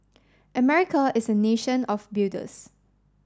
America is a nation of builders